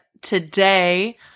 today